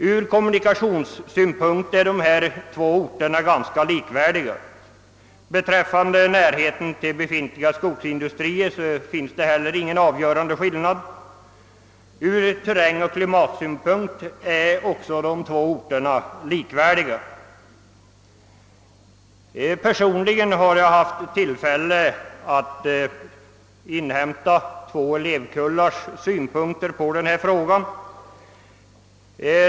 Ur kommunikationssynpunkt är de båda orterna ganska likvärdiga, och vad gäller närheten till befintliga skogsindustrier finns det inte heller några avgörande skillnader. Även ur terrängoch klimatsynpunkt är orterna likvärdiga. Jag har också personligen haft tillfälle att inhämta två elevkullars synpunkter på denna fråga.